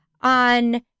on